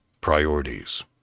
Priorities